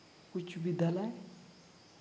ᱩᱪᱪᱚ ᱵᱤᱫᱽᱫᱟᱞᱚᱭ